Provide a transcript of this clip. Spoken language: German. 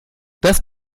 das